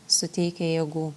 suteikia jėgų